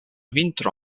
vintro